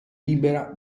libera